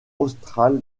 australe